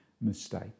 mistake